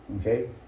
Okay